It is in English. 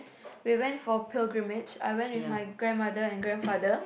we went for Pilgrimage I went with my grandmother and grandfather